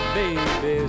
baby